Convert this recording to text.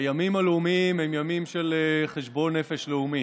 הימים הלאומיים הם ימים של חשבון נפש לאומי.